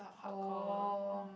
oh